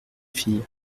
fille